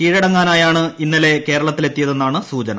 കീഴടങ്ങാനായാണ് ഇന്നലെ ഇയാൾ കേരളത്തിലെത്തിയതെന്നാണ് സൂചന